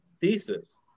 thesis